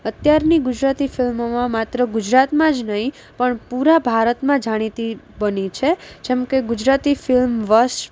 અત્યારની ગુજરાતી ફિલ્મોમાં માત્ર ગુજરાતમાં જ નહીં પણ પૂરા ભારતમાં જાણીતી બની છે જેમ કે ગુજરાતી ફિલ્મ વશ